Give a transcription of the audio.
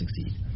succeed